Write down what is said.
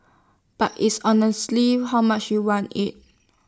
but it's honestly how much you want IT